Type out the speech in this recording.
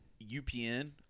UPN